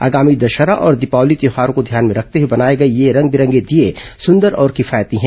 आगामी दशहरा और दीपावली त्यौहारों को ध्यान में रखते हुए बनाये गये रंग बिरंगे ये दिये सुंदर और किफायती हैं